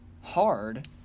hard